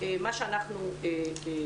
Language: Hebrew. מה אנחנו אומרים?